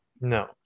No